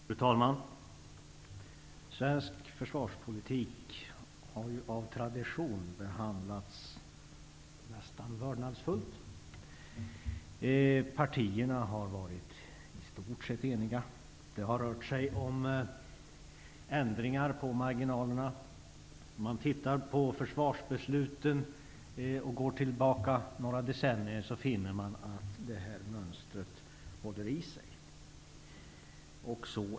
Fru talman! Svensk försvarspolitik har av tradition behandlats nästan vördnadsfullt. Partierna har varit i stort sett eniga. Det har rört sig om ändringar på marginalen. Om man går tillbaka några decennier i tiden och ser på försvarsbesluten, finner man att detta mönster håller i sig.